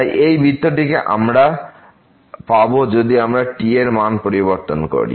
তাই এই বৃত্তটিকে আমরা পাব যদি আমরা t এর মানের পরিবর্তন করি